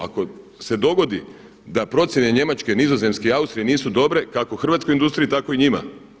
Ako se dogodi da procjene Njemačke, Nizozemske i Austrije nisu dobre kako u hrvatskoj industriji, tako i njima.